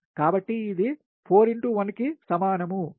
కాబట్టి ఇది 4 x 1 సమానము